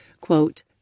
Quote